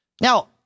Now